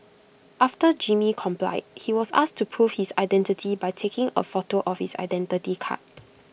after Jimmy complied he was asked to prove his identity by taking A photo of his Identity Card